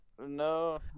No